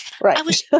Right